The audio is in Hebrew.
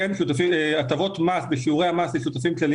לפחות לפי הנוסח המקורי ב-3(ט).